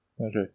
Okay